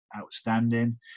outstanding